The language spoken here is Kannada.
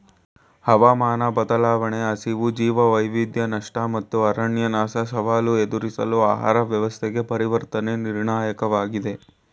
ಹವಾಮಾನ ಬದಲಾವಣೆ ಹಸಿವು ಜೀವವೈವಿಧ್ಯ ನಷ್ಟ ಮತ್ತು ಅರಣ್ಯನಾಶ ಸವಾಲು ಎದುರಿಸಲು ಆಹಾರ ವ್ಯವಸ್ಥೆಗೆ ಪರಿವರ್ತನೆ ನಿರ್ಣಾಯಕವಾಗಿದೆ